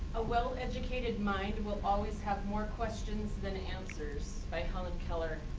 a well-educated mind will always have more questions than answers by helen keller.